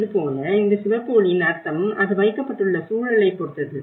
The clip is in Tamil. இது போல இந்த சிவப்பு ஒளியின் அர்த்தம் அது வைக்கப்பட்டுள்ள சூழலைப் பொறுத்தது